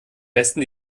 besten